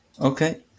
Okay